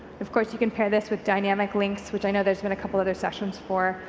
of course you can pair this with dynamic links, which i know there's been a couple other sessions for,